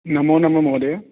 नमो नमः महोदय